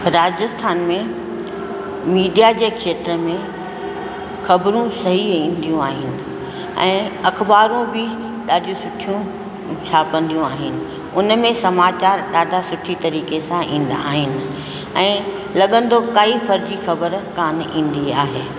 राजस्थान में मीडिया जे खेत्र में खबरूं सही ईंदियूं आहिनि ऐं अख़बारूं बि ॾाढियूं सुठियूं छापंदियूं आहिनि उन में समाचार ॾाढा सुठी तरीक़े सां ईंदा आहिनि ऐं लॻंदो काई फर्ज़ी ख़बर कोन ईंदी आहे